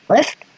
Lift